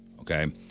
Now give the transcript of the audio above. Okay